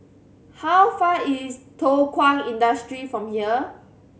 how far is Thow Kwang Industry from here